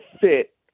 fit